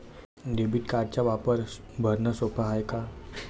Debit कार्डचा वापर भरनं सोप हाय का?